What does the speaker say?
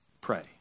pray